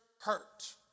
hurt